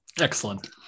Excellent